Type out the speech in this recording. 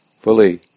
fully